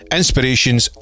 inspirations